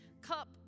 cup